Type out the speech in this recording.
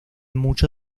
mucho